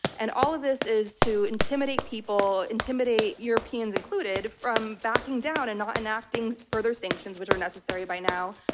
and all of this is to intimidate people, intimidate europeans europeans included, from backing down and not enacting further sanctions, which are necessary by now.